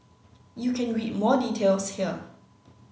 you can read more details here